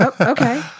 Okay